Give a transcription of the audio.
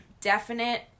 definite